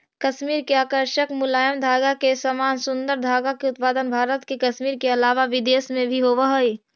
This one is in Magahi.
कश्मीर के आकर्षक मुलायम धागा के समान सुन्दर धागा के उत्पादन भारत के कश्मीर के अलावा विदेश में भी होवऽ हई